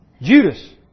Judas